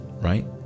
right